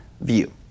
view